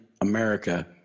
America